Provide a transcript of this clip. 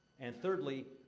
and thirdly,